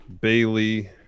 Bailey